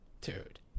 Dude